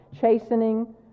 chastening